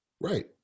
Right